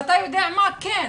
ואתה יודע מה כן.